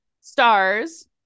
stars